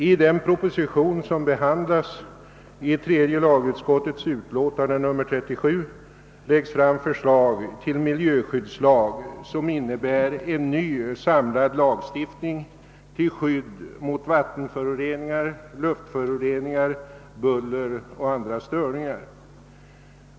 I den proposition, som behandlas i tredje lagutskottets utlåtande nr 37, läggs det fram förslag till en miljö skyddslag, som innebär en ny samlad lagstiftning till skydd mot vattenföroreningar, luftföroreningar, buller och andra störningar.